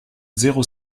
zéro